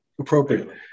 appropriately